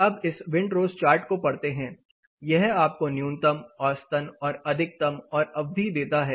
अब इस wind rose chart को पढ़ते हैं यह आपको न्यूनतम औसतन और अधिकतम और अवधि देता है